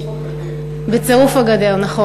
בצירוף הגדר.